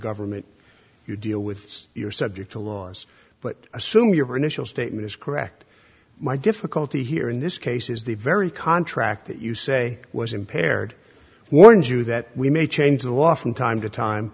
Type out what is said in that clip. government you deal with you're subject to laws but assuming your initial statement is correct my difficulty here in this case is the very contract that you say was impaired warns you that we may change the law from time to time